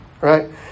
right